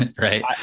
Right